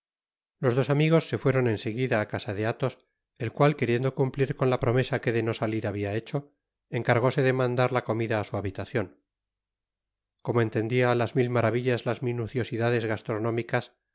los dos amigos se fueron en seguida á casa de athos el cual queriendo cumplir con la promesa que de no salir habia hecho encargóse de mandar la comida á su habitacion como entendia á las mil maravillas las minuciosidades gastronómicas